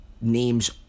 names